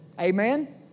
Amen